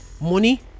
money